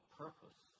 purpose